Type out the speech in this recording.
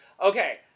okay